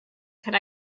could